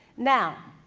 now,